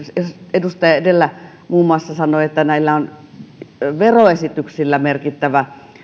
edustaja edellä muun muassa sanoi että näillä veroesityksillä on merkittävä